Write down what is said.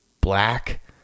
black